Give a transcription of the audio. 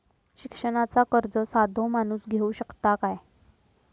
शिक्षणाचा कर्ज साधो माणूस घेऊ शकता काय?